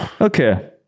Okay